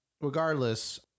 regardless